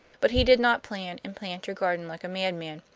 but he did not plan and plant your garden like a madman.